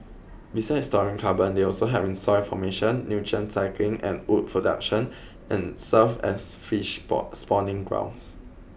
besides storing carbon they also help in soil formation nutrient cycling and wood production and serve as fish spawning grounds